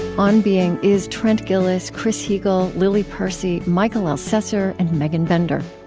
on being is trent gilliss, chris heagle, lily percy, mikel elcessor, and megan bender.